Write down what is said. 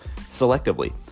selectively